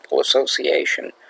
Association